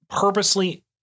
purposely